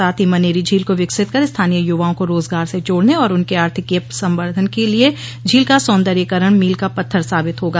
साथ ही मनेरी झील को विकसित कर स्थानीय युवाओं को रोजगार से जोडने और उनके आर्थिकीय संबंधन के लिए झील का सौन्दर्यकरण मील का पत्थर साबित होगा